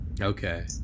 Okay